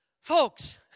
Folks